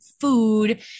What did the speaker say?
food